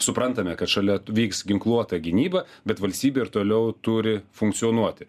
suprantame kad šalia vyks ginkluota gynyba bet valstybė ir toliau turi funkcionuoti